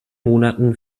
monaten